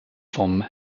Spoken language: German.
vom